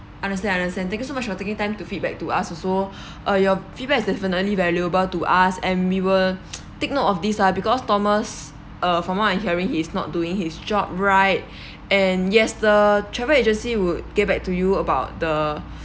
understand understand thank you so much for taking time to feedback to us also uh your feedbacks definitely valuable to us and we will take note of these lah because thomas uh from what I'm hearing he is not doing his job right and yes the travel agency would get back to you about the